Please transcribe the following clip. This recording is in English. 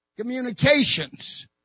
Communications